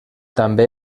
també